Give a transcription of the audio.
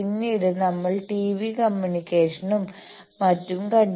പിന്നീട് നമ്മൾ ടിവി കമ്മ്യൂണിക്കേഷനും മറ്റും കണ്ടു